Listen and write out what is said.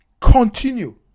Continue